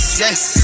yes